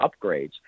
upgrades